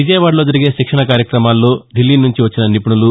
విజయవాడలో జరిగే శిక్షణ కార్యక్రమాల్లో ఢిల్లీ నుంచి వచ్చిన నిపుణులు